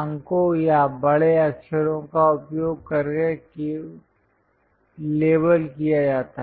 अंकों या बड़े अक्षरों का उपयोग करके लेबल किया जाता है